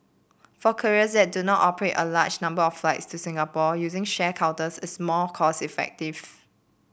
for carriers that do not operate a large number of flights to Singapore using shared counters is more cost effective